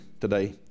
today